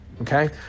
okay